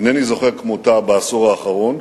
אינני זוכר כמותה בעשור האחרון,